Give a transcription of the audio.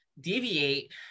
deviate